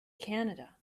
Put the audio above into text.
canada